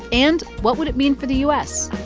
and what would it mean for the u s?